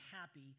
happy